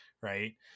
right